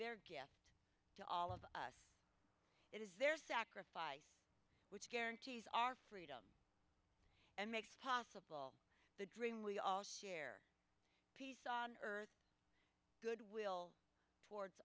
their gift to all of us it is their sacrifice which guarantees our freedom and makes possible the dream we all share peace on earth goodwill towards